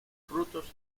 frutos